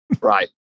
right